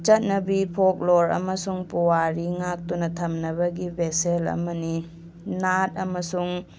ꯆꯠꯅꯕꯤ ꯐꯣꯛꯂꯣꯔ ꯑꯃꯁꯨꯡ ꯄꯨꯋꯥꯔꯤ ꯉꯥꯛꯇꯨꯅ ꯊꯝꯅꯕꯒꯤ ꯚꯦꯁꯦꯜ ꯑꯃꯅꯤ ꯅꯥꯠ ꯑꯃꯁꯨꯡ